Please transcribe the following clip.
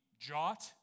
jot